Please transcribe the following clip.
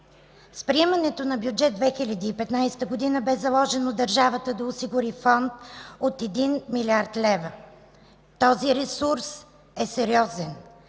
С приемането на Бюджет 2015 г. бе заложено държавата да осигури фонд от 1 млрд. лв. Този ресурс е сериозен.